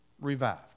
Revived